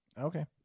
Okay